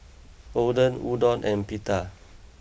Oden Udon and Pita